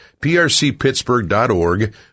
prcpittsburgh.org